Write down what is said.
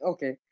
Okay